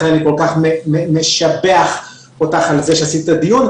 לכן אני כל כך משבח אותך על זה שעשית את הדיון.